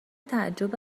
تعجب